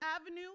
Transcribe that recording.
Avenue